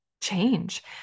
change